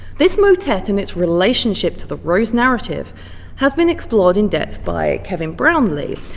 this motet and its relationship to the rose narrative have been explored in depth by kevin brownlee,